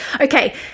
Okay